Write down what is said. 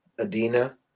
Adina